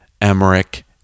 emmerich